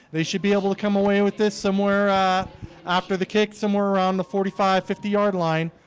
they should be able to come away with this somewhere after the cake somewhere around the forty five fifty yard line